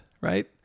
right